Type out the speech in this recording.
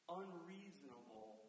unreasonable